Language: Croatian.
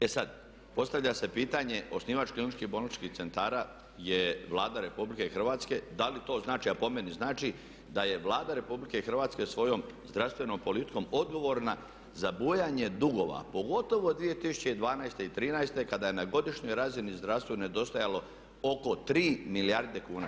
E sada postavlja se pitanje osnivač kliničkih bolničkih centara je Vlada RH, da li to znači a po meni znači da je Vlada RH svojom zdravstvenom politikom odgovorna za bujanje dugova pogotovo 2012. i '13. kada je na godišnjoj razini zdravstvu nedostajalo oko 3 milijarde kuna.